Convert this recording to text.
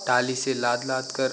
टाली से लाद लादकर